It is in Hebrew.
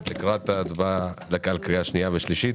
לקראת ההצבעה לקריאה שנייה ושלישית.